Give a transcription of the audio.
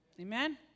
Amen